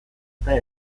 eta